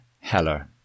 Heller